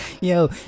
yo